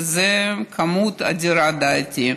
שזו כמות אדירה לדעתי.